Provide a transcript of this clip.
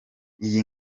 iyi